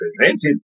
presented